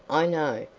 i know,